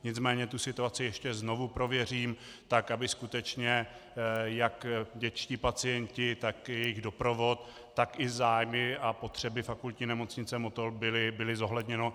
Nicméně situaci ještě znovu prověřím, tak aby skutečně jak dětští pacienti, tak i jejich doprovod, tak i zájmy a potřeby Fakultní nemocnice Motol byly zohledněny.